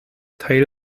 teil